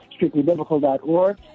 StrictlyBiblical.org